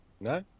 No